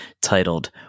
titled